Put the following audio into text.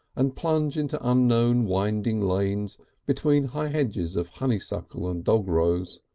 and plunge into unknown winding lanes between high hedges of honeysuckle and dogrose.